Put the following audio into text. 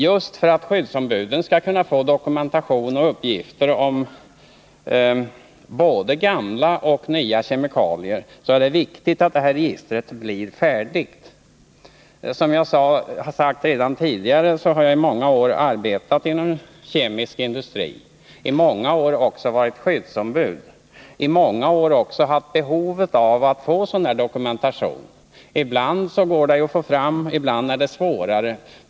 Just för att | skyddsombuden skall kunna få dokumentation och uppgifter om både gamla och nya kemikalier är det viktigt att registret blir färdigt. Som jag redan tidigare sagt har jag i många år arbetat inom kemisk industri. I åtskilliga år har jag också varit skyddsombud, och i många år har jag även haft behov av att få en sådan här dokumentation. Ibland går det att få fram dokumentationen, men ibland är det svårare.